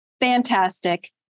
fantastic